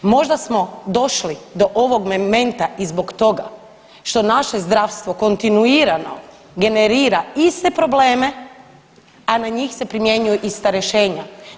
Možda smo došli do ovog momenta i zbog toga što naše zdravstvo kontinuirano generira iste probleme, a na njih se primjenjuju ista rješenja.